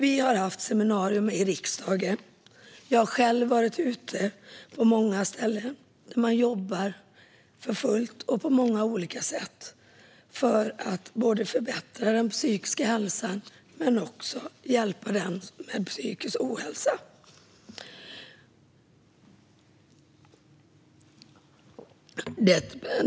Vi har haft seminarium i riksdagen, och jag har själv varit ute på många ställen där man jobbar för fullt och på många olika sätt för att förbättra den psykiska hälsan och hjälpa dem med psykisk ohälsa.